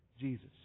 Jesus